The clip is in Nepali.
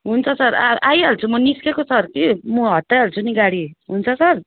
हुन्छ सर आ आइहाल्छु म निस्किएको सर कि म हटाइहाल्छु नि गाडी हुन्छ सर